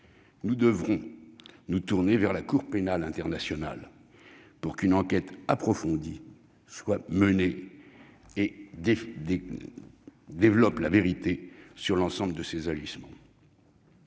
Nous devrons nous tourner vers la Cour pénale internationale pour qu'une enquête approfondie soit menée et dévoile la vérité sur l'ensemble de ces agissements.